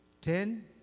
ten